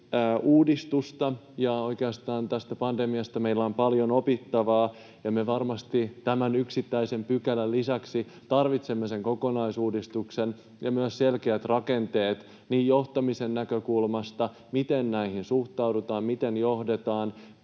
kokonaisuudistusta, ja oikeastaan tästä pandemiasta meillä on paljon opittavaa, ja me varmasti tämän yksittäisen pykälän lisäksi tarvitsemme sen kokonaisuudistuksen ja myös selkeät rakenteet johtamisen näkökulmasta, miten näihin suhtaudutaan, miten johdetaan,